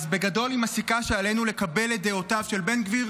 אז בגדול היא מסיקה שעלינו לקבל את דעותיו של בן גביר,